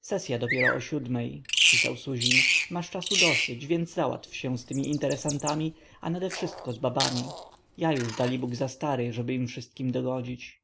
sesya dopiero o ósmej pisał suzin masz czasu dosyć więc załatw się z tymi interesantami a nadewszystko z babami ja już dalibóg za stary żeby im wszystkim dogodzić